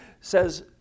says